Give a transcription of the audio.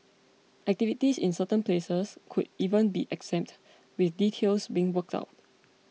activities in certain places could even be exempt with details being worked out